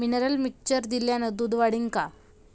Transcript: Mineral mixture दिल्यानं दूध वाढीनं का?